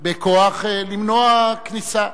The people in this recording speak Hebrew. בכוח, למנוע כניסה.